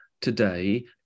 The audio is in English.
today